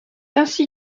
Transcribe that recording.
ainsi